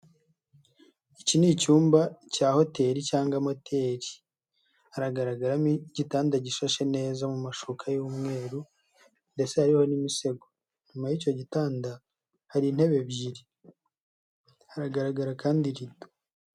Iki ni icyumba cya hoteri cyangwa moteri haragaragaramo igitanda gishashe neza mu mashuka y'umweru ndetse hariho n'imisego, inyuma y'icyo gitanda hari intebe ebyiri, haragaragara kandi irido.